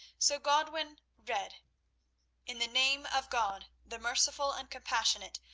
so godwin read in the name of god, the merciful and compassionate!